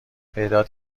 پیدات